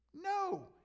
no